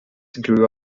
grew